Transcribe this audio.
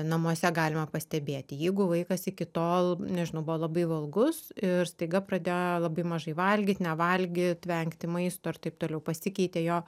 namuose galima pastebėti jeigu vaikas iki tol nežinau buvo labai valgus ir staiga pradėjo labai mažai valgyt nevalgyt vengti maisto ir taip toliau pasikeitė jo